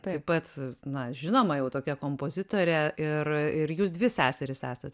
taip pat na žinoma jau tokia kompozitorė ir ir jūs dvi seserys esat